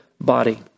body